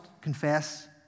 Confess